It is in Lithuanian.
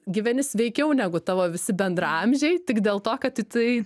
gyveni sveikiau negu tavo visi bendraamžiai tik dėl to kad tu tai